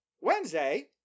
Wednesday